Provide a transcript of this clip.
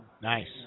Nice